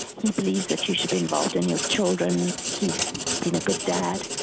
he believes that you should be involved in your children, he's been a good dad,